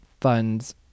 funds